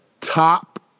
top